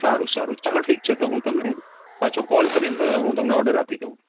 સારું સારું ઠીક છે તો હું તમને પાછો કોલ કરી ને હું તમને ઓડૅર આપી દવ